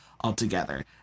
altogether